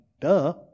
Duh